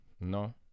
no